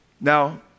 Now